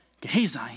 Gehazi